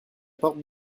porte